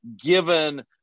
given